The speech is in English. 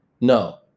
No